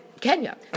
Kenya